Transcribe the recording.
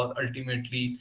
ultimately